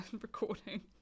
recording